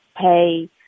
pay